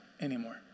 anymore